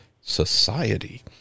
society